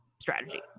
strategy